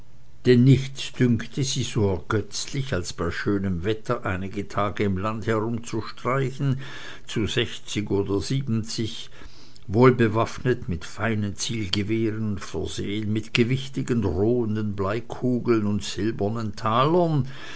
denn nichts dünkte sie so ergötzlich als bei schönem wetter einige tage im lande herumzustreichen zu sechzig oder siebenzig wohlbewaffnet mit feinen zielgewehren versehen mit gewichtigen drohenden bleikugeln und silbernen talern